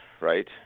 right